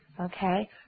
Okay